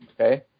Okay